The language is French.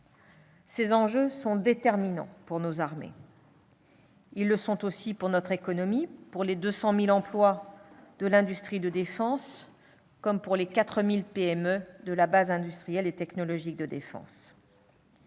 Ces enjeux sont déterminants pour nos armées. Ils le sont aussi pour notre économie, pour les 200 000 emplois de l'industrie de défense, pour les 4 000 PME de la base industrielle et technologique de défense.